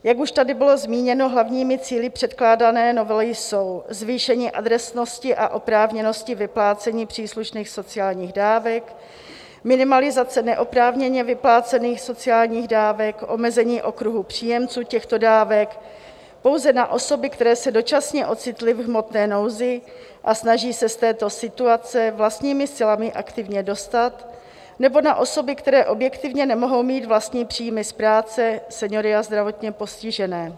Jak už tady bylo zmíněno, hlavními cíli předkládané novely jsou zvýšení adresnosti a oprávněnosti vyplácení příslušných sociálních dávek, minimalizace neoprávněně vyplácených sociálních dávek, omezení okruhu příjemců těchto dávek pouze na osoby, které se dočasně ocitly v hmotné nouzi a snaží se z této situace vlastními silami aktivně dostat, nebo na osoby, které objektivně nemohou mít vlastní příjmy z práce, seniory a zdravotně postižené.